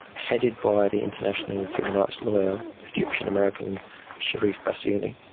headed by the international human rights lawyer, egyptian-american cherif bassiouni.